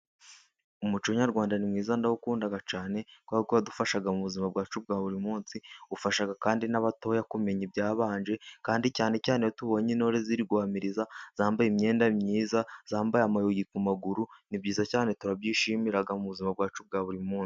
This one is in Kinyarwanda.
Umuco nyarwanda ni mwiza ndawukunda cyane, kuko uradufasha mu buzima bwacu bwa buri munsi, ufasha kandi n'abatoya kumenya ibyabanje, kandi cyane cyane iyo tubonye intore ziri guhamiriza, zambaye imyenda myiza, zambaye amayugi ku maguru, ni byiza cyane turabyishimira mu buzima bwacu bwa buri munsi.